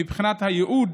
מבחינת הייעוד,